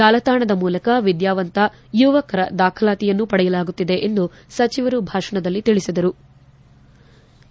ಜಾಲತಾಣದ ಮೂಲಕ ವಿದ್ಯಾವಂತ ಯುವಕರ ದಾಖಲಾತಿಗಳನ್ನು ಪಡೆಯಲಾಗುತ್ತಿದೆ ಎಂದು ಸಚಿವರ ಭಾಷಣದಲ್ಲಿ ತಿಳಿಸಲಾಯಿತು